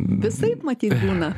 visaip matyt būna